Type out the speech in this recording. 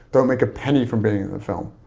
don't make a penny from being in the film.